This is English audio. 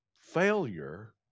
failure